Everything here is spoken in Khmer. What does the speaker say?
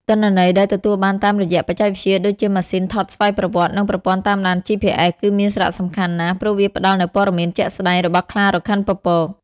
ទិន្នន័យដែលទទួលបានតាមរយៈបច្ចេកវិទ្យាដូចជាម៉ាស៊ីនថតស្វ័យប្រវត្តិ និងប្រព័ន្ធតាមដាន GPS គឺមាន សារៈសំខាន់ណាស់ ព្រោះវាផ្តល់នូវព័ត៌មានជាក់ស្តែងរបស់ខ្លារខិនពពក។